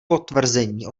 potvrzení